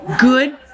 good